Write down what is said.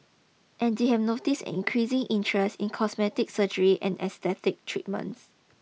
and they have noticed an increasing interest in cosmetic surgery and aesthetic treatments